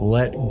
Let